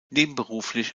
nebenberuflich